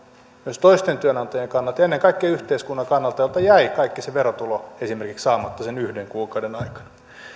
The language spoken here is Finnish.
myös toisten työnantajien kannalta ja ennen kaikkea yhteiskunnan kannalta jolta jäi kaikki se verotulo esimerkiksi saamatta sen yhden kuukauden ajalta